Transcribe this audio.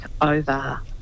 over